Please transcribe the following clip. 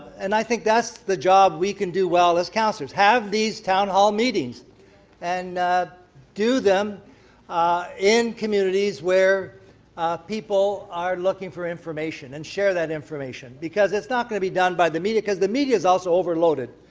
and i think that's the job we can do well as councillors. have these town hall meetings and do them in communities where people are looking for information. and share that information. because it's not going to be done by the media, because the media is also overloaded.